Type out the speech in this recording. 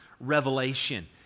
revelation